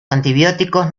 antibióticos